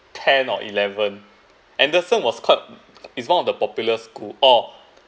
ten or eleven anderson was quite it's one of the popular school or